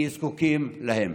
כי זקוקים להם.